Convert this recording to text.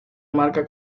marca